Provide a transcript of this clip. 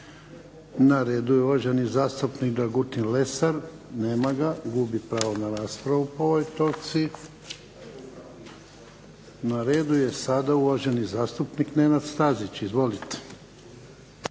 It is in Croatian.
Na redu je uvaženi zastupnik Dragutin Lesar. Nema ga, gubi pravo na raspravu po ovoj točci. Na redu je sada uvaženi zastupnik Nenad STazić. Izvolite.